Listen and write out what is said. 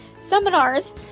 seminars